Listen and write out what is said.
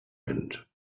end